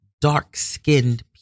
dark-skinned